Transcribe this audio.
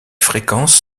fréquences